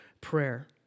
prayer